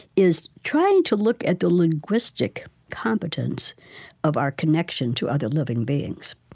is trying to look at the linguistic competence of our connection to other living beings.